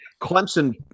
Clemson